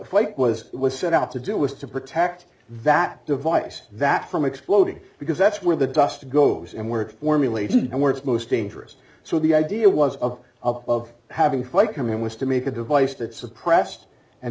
white was was set up to do was to protect that device that from exploding because that's where the dust goes and where it formulated and where it's most dangerous so the idea was of of of having flight come in was to make a device that suppressed and